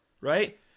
right